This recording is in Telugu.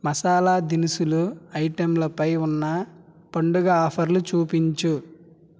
మసాలా దినుసులు ఐటెంలపై ఉన్న పండుగ ఆఫర్లు చూపించు